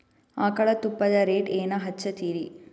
ಆಕಳ ತುಪ್ಪದ ರೇಟ್ ಏನ ಹಚ್ಚತೀರಿ?